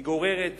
היא גוררת